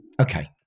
Okay